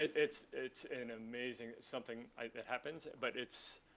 it's it's an amazing it's something that happens. but it's,